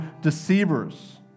deceivers